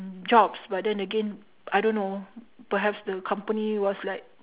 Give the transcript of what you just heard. jobs but then again I don't know perhaps the company was like